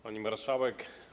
Pani Marszałek!